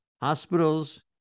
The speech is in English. Hospitals